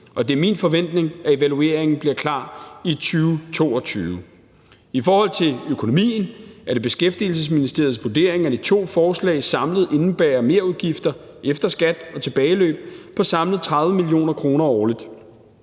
Det er min forventning, at evalueringen bliver klar i 2022. I forhold til økonomien er det Beskæftigelsesministeriets vurdering, at de to forslag samlet indebærer merudgifter efter skat og tilbageløb på 30 mio. kr. årligt.